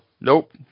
nope